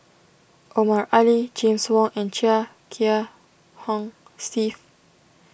Omar Ali James Wong and Chia Kiah Hong Steve